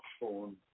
phone